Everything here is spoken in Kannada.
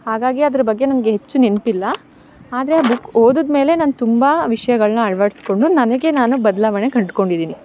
ಹಾಗಾಗಿ ಅದ್ರ ಬಗ್ಗೆ ನಂಗೆ ಹೆಚ್ಚು ನೆನಪಿಲ್ಲ ಆದರೆ ಆ ಬುಕ್ ಓದಿದ್ ಮೇಲೆ ನಾನು ತುಂಬ ವಿಷಯಗಳ್ನ ಅಳ್ವಡಿಸ್ಕೊಂಡು ನನಗೆ ನಾನು ಬದಲಾವಣೆ ಕಂಡುಕೊಂಡಿದಿನಿ